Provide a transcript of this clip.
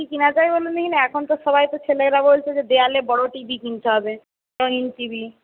কি কিনা যায় বলুন দিকিনি এখন তো সবাই তো ছেলেরা বলছে যে দেওয়ালে বড়ো টিভি কিনতে হবে রঙিন টিভি